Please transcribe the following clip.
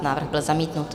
Návrh byl zamítnut.